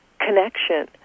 connection